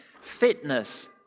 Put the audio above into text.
fitness